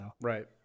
right